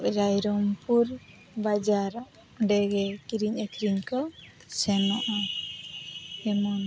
ᱨᱟᱭᱨᱚᱢᱯᱩᱨ ᱵᱟᱡᱟᱨ ᱚᱸᱰᱮᱜᱮ ᱠᱤᱨᱤᱧ ᱟᱠᱷᱨᱤᱧ ᱠᱚ ᱥᱮᱱᱚᱜᱼᱟ ᱡᱮᱢᱚᱱ